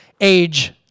age